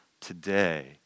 today